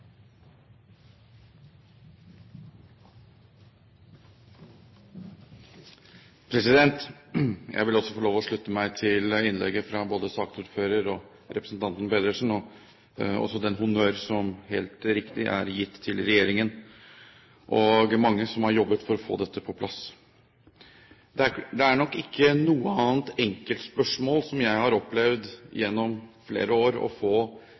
Jeg vil også få lov å slutte meg til innlegget fra både saksordføreren og representanten Pedersen og til den honnør som helt riktig er gitt til regjeringen og de mange som har jobbet for å få avtalen på plass. Når det gjelder grensespørsmålet, er det nok ingen annen enkeltsak der jeg gjennom flere år har opplevd